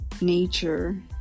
nature